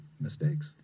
mistakes